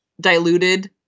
diluted